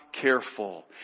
careful